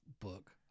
book